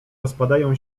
rozpadają